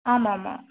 ஆமாம் ஆமாம்